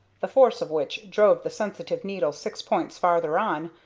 the force of which drove the sensitive needle six points farther on,